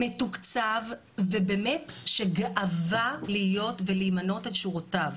מתוקצב ובאמת שגאווה להיות ולהימנות על שורותיו.